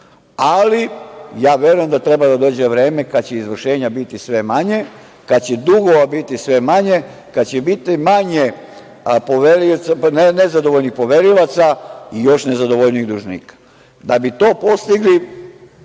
ali ja verujem da treba da dođe vreme kada će izvršenja biti sve manje, kada će dugova biti sve manje, kada će biti manje nezadovoljnih poverilaca i još nezadovoljnijih dužnika. Da bi to postigli